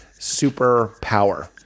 superpower